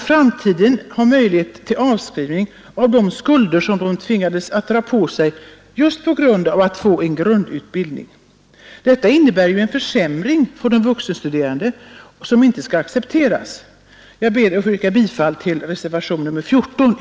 framtida möjlighet till avskrivning av de skulder som de tvingas dra på sig just för att få en grundutbildning. Detta innebär en försämring för de vuxenstuderande som inte kan accepteras. Jag ber att få yrka bifall till reservationen 14.